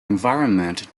environment